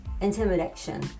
intimidation